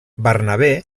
bernabé